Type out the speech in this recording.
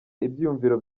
ibyiyumviro